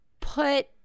put